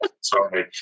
Sorry